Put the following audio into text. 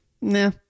Nah